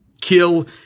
kill